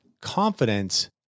confidence